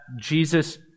Jesus